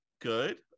good